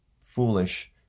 foolish